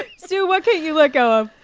but sue, what couldn't you let go of?